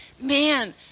Man